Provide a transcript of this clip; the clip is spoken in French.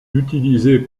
utilisées